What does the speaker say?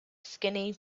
skinny